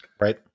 Right